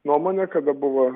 nuomonę kada buvo